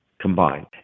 combined